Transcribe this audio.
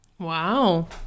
Wow